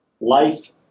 life